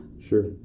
Sure